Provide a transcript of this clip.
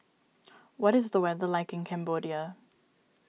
what is the weather like in Cambodia